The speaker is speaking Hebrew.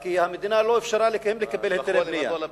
כי המדינה לא אפשרה להם לקבל היתרי בנייה.